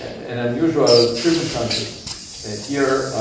an unusual circumstances here